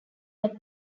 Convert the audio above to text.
had